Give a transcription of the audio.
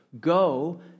Go